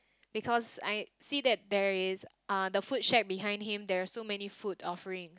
because I see that there is uh food shack behind him there are so many food offering